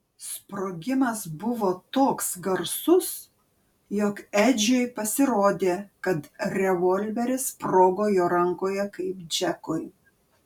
sprogimas buvo toks garsus jog edžiui pasirodė kad revolveris sprogo jo rankoje kaip džekui